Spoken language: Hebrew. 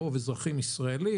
הרוב אזרחים ישראליים,